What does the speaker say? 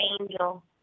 angel